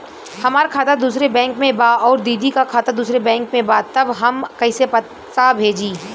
हमार खाता दूसरे बैंक में बा अउर दीदी का खाता दूसरे बैंक में बा तब हम कैसे पैसा भेजी?